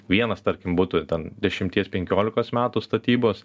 vienas tarkim būtų ten dešimties penkiolikos metų statybos